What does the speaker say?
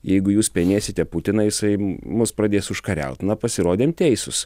jeigu jūs penėsite putiną jisai mus pradės užkariaut na pasirodėm teisūs